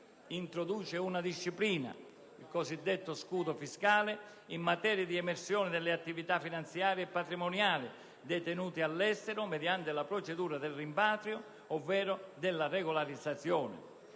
introduce una disciplina (il cosiddetto scudo fiscale) in materia di emersione delle attività finanziarie e patrimoniali detenute all'estero, mediante la procedura del rimpatrio ovvero della regolarizzazione.